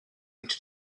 into